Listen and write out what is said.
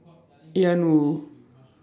Ian Woo